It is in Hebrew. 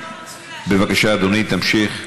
בבקשה, אדוני, תמשיך.